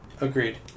Agreed